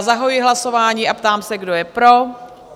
Zahajuji hlasování a ptám se, kdo je pro?